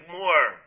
more